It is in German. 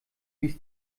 ließ